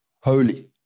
holy